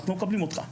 אנחנו מקבלים אותך.